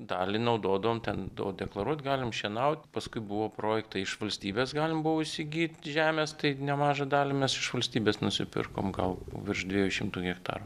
dalį naudodavom ten do deklaruot galim šienaut paskui buvo projektą iš valstybės galima buvo įsigyt žemės tai nemažą dalį mes iš valstybės nusipirkom gal virš dviejų šimtų hektarų